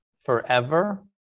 forever